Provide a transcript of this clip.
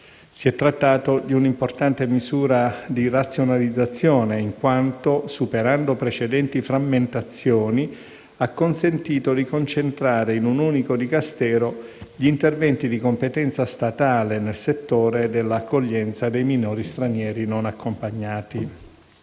Si è trattato di un'importante misura di razionalizzazione, in quanto, superando precedenti frammentazioni, ha consentito di concentrare in un unico Dicastero gli interventi di competenza statale nel settore dell'accoglienza dei minori stranieri non accompagnati.